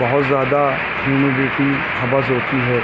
بہت زیادہ ہیومیڈیٹی حبس ہوتی ہے